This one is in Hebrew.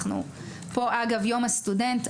אגב יום הסטודנט,